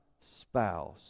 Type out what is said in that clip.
spouse